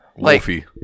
Wolfie